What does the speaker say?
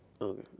Okay